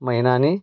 महिना आणि